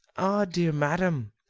ah! dear madam,